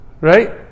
Right